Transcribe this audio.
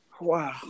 Wow